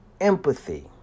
empathy